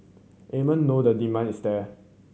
Amen know the demand is there